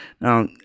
Now